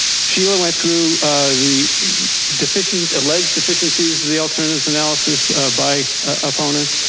sheila went through the deficient, alleged deficiencies, the alternatives analysis by opponents,